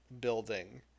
building